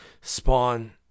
Spawn